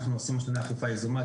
אנחנו עושים השנה אכיפה יזומה.